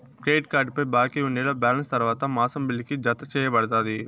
credit కార్డుపై బాకీ ఉండినా బాలెన్స్ తర్వాత మాసం బిల్లుకి, జతచేయబడతాది